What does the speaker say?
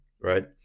right